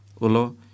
ulo